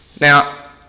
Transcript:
Now